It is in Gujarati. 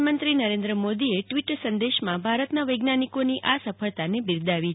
પ્રધાનમંત્રી નરેન્દ્ર મોદીએ ટ્વીટ સંદેશમાં ભારતના વૈજ્ઞાનિકોની આ સફળતાને બિરદાવી છે